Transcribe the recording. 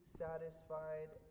satisfied